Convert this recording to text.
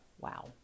Wow